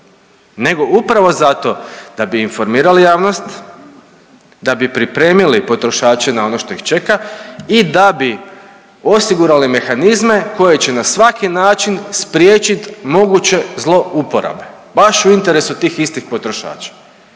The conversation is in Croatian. nego upravo zato da bi informirali javnost, da bi pripremili potrošače na ono što ih čeka i da bi osigurali mehanizme koje će na svaki način spriječiti moguće zlouporabe baš u interesu tih istih potrošača.